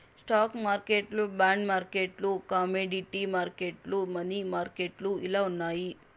stock మార్కెట్లు bond మార్కెట్లు commodity మార్కెట్లు, మనీ మార్కెట్లు ఇలా ఉన్నాయి